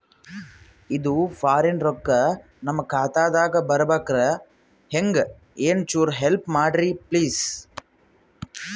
ಇದು ಫಾರಿನ ರೊಕ್ಕ ನಮ್ಮ ಖಾತಾ ದಾಗ ಬರಬೆಕ್ರ, ಹೆಂಗ ಏನು ಚುರು ಹೆಲ್ಪ ಮಾಡ್ರಿ ಪ್ಲಿಸ?